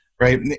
right